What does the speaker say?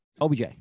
obj